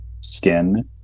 skin